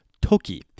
toki